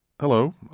Hello